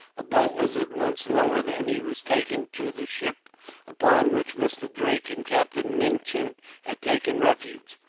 a boat was at once lowered, and he was taken to the ship upon which mr. drake and captain minchin had taken refuge.